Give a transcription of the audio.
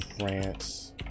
France